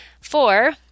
Four